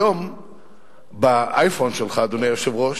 היום באייפון שלך, אדוני היושב-ראש,